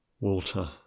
Walter